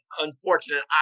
unfortunate